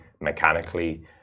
mechanically